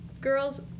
girls